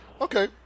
okay